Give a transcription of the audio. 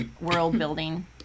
world-building